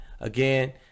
Again